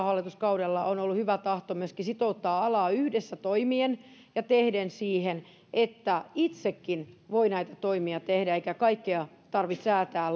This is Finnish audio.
hallituskaudella on ollut hyvä tahto myöskin sitouttaa alaa yhdessä toimien ja tehden siihen että itsekin voi näitä toimia tehdä eikä kaikkea tarvitse säätää